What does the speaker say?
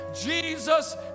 Jesus